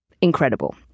incredible